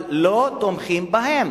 אבל לא תומכים בהם.